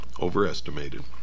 overestimated